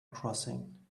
crossing